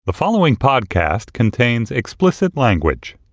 the following podcast contains explicit language